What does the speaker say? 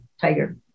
tiger